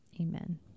Amen